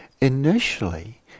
Initially